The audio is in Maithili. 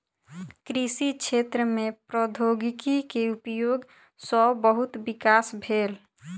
कृषि क्षेत्र में प्रौद्योगिकी के उपयोग सॅ बहुत विकास भेल